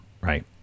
Right